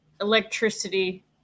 electricity